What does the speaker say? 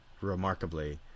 remarkably